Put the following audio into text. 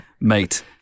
mate